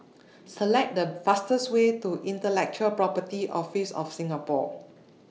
Select The fastest Way to Intellectual Property Office of Singapore